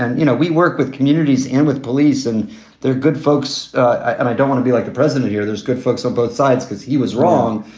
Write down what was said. you know, we work with communities and with police and they're good folks. and i don't want to be like the president here. there's good folks on both sides because he was wrong.